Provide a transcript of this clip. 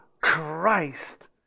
Christ